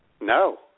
No